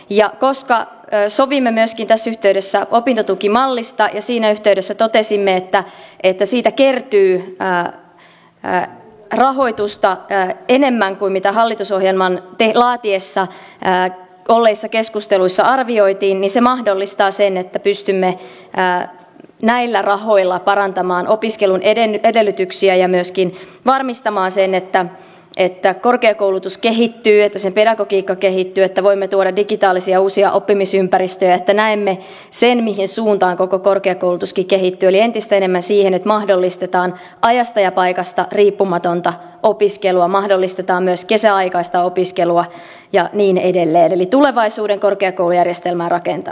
ja koska sovimme myöskin tässä yhteydessä opintotukimallista ja siinä yhteydessä totesimme että siitä kertyy rahoitusta enemmän kuin mitä hallitusohjelmaa laadittaessa keskusteluissa arvioitiin niin se mahdollistaa sen että pystymme näillä rahoilla parantamaan opiskelun edellytyksiä ja myöskin varmistamaan sen että korkeakoulutus kehittyy että sen pedagogiikka kehittyy että voimme tuoda digitaalisia uusia oppimisympäristöjä että näemme sen mihin suuntaan koko korkeakoulutuskin kehittyy eli entistä enemmän siihen että mahdollistetaan ajasta ja paikasta riippumatonta opiskelua mahdollistetaan myös kesäaikaista opiskelua ja niin edelleen eli tulevaisuuden korkeakoulujärjestelmää rakentamassa